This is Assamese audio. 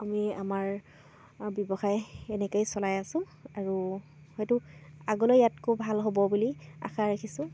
আমি আমাৰ ব্যৱসায় এনেকৈয়ে চলাই আছো আৰু হয়তো আগলৈ ইয়াতকৈ ভাল হ'ব বুলি আশা ৰাখিছোঁ